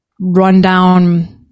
rundown